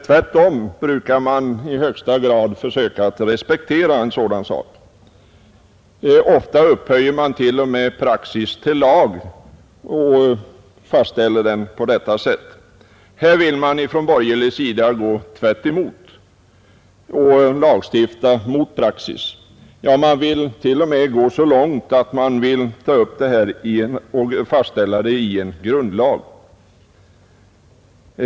Tvärtom brukar man respektera den i allra högsta grad. Ofta upphöjer vi t.o.m. en praxis till lag. Här vill man nu från borgerlig sida göra tvärtom och lagstifta mot praxis — ja, t.o.m. gå så långt att man vill fastställa det i grundlagen.